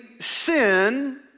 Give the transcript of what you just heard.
sin